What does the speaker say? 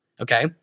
okay